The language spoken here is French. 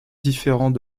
différent